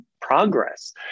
progress